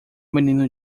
menino